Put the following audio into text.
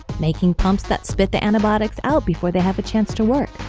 making pumps that spit the antibiotics out before they have a chance to work.